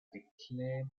declared